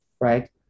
right